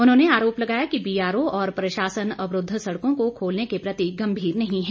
उन्होंने आरोप लगाया कि बीआरओ और प्रशासन अवरूद्ध सड़कों को खोलने के प्रति गंभीर नहीं है